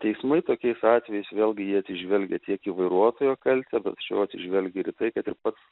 teismai tokiais atvejais vėlgi jie atsižvelgia tiek į vairuotojo kaltę bet šiuo atsižvelgia ir į tai kad ir pats